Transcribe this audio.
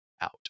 out